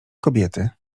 kobiety